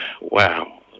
wow